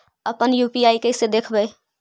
अपन यु.पी.आई कैसे देखबै?